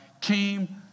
came